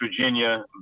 Virginia